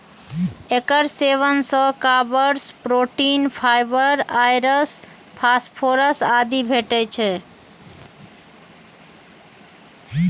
एकर सेवन सं carbs, protein, fibre, आयरस, फास्फोरस आदि भेटै छै